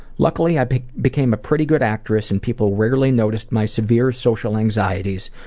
luckily i became a pretty good actress and people rarely noticed my severe social anxieties,